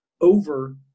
over